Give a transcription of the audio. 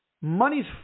Money's